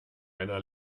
einer